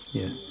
yes